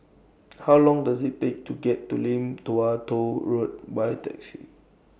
How Long Does IT Take to get to Lim Tua Tow Road By Taxi